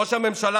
ראש הממשלה,